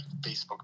facebook